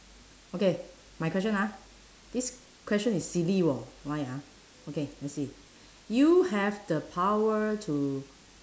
okay my question ah this question is silly [wor] why ah okay let's see you have the power to